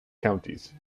counties